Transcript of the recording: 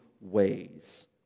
ways